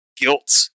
guilt